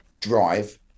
drive